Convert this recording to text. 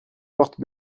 porte